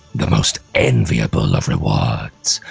the most enviable of rewards.